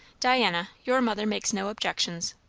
diana, your mother makes no objections.